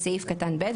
כאמור."; בסעיף קטן (ב),